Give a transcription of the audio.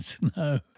No